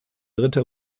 dritte